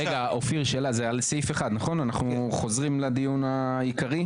אנחנו חוזרים לדיון העיקרי,